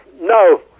No